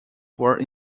were